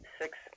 six